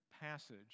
passage